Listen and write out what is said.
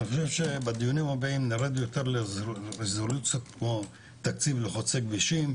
אני חושב שבדיונים הבאים נרד יותר לרזולוציות כמו תקציב לחוציי כבישים.